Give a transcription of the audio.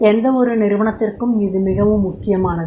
எந்தவொரு நிறுவனத்திற்கும் இது மிகவும் முக்கியமானது